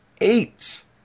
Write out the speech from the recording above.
eight